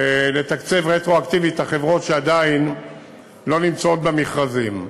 לתקצב רטרואקטיבית את החברות שעדיין לא נמצאות במכרזים?